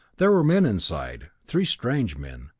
there were men inside three strange men,